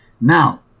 Now